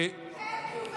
Thank you very much.